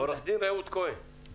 עורכת הדין רעות כהן,